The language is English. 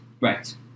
Right